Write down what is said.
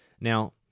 Now